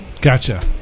Gotcha